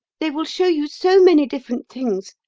they will show you so many different things,